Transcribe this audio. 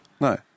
No